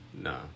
No